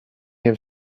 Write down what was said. have